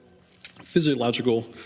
physiological